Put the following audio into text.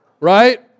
Right